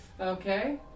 Okay